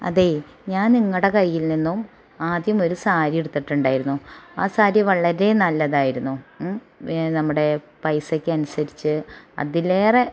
അതെ ഞാൻ നിങ്ങളുടെ കൈയിൽ നിന്നും ആദ്യമൊരു സാരി എടുത്തിട്ടുണ്ടായിരുന്നു ആ സാരി വളരെ നല്ലതായിരുന്നു ഉം നമ്മുടെ പൈസക്കൻസരിച്ച് അതിലേറെ